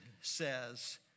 says